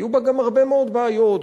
היו בה גם הרבה מאוד בעיות,